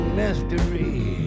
mystery